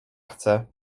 chcę